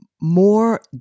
more